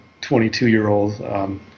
22-year-old